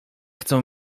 chcą